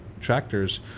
tractors